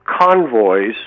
convoys